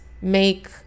make